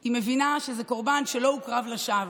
היא מבינה שזה קורבן שלא הוקרב לשווא,